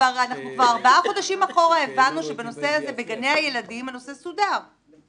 עלו כאן הורים ודיברו על ילדים בגני שפה ועיכוב התפתחותי